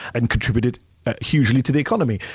and contributed hugely to the economy.